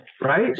right